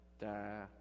da